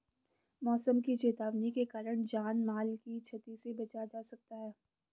मौसम की चेतावनी के कारण जान माल की छती से बचा जा सकता है